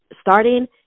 starting